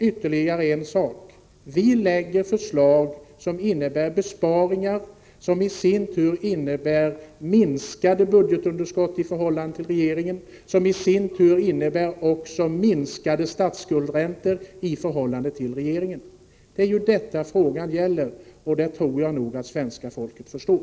Ytterligare en sak: Vi lägger fram förslag som innebär besparingar, som i sin tur innebär minskat budgetunderskott i förhållande till regeringens förslag. Vårt förslag innebär minskade statsskuldräntor jämfört med regeringens förslag. Det är detta frågan gäller, och det tror jag att svenska folket förstår.